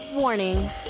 Warning